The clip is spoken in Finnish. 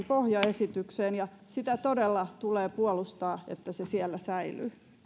pohjaesitykseen ja sitä todella tulee puolustaa että se siellä säilyy